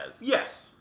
Yes